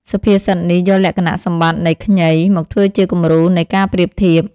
សុភាសិតនេះយកលក្ខណៈសម្បត្តិនៃ ខ្ញី មកធ្វើជាគំរូនៃការប្រៀបធៀប។